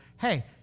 hey